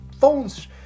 phones